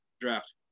draft